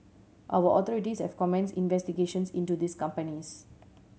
our authorities have commenced investigations into these companies